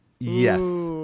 yes